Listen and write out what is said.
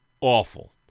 awful